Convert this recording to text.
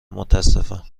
متاسفم